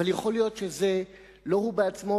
אבל יכול להיות שזה לא הוא בעצמו,